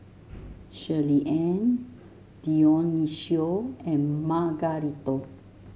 Shirleyann Dionicio and Margarito